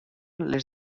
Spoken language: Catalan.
les